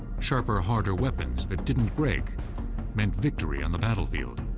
sharper, harder weapons that didn't break meant victory on the battlefield.